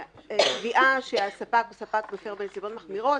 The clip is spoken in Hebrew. קביעה שהספק הוא ספק מפר בנסיבות מחמירות.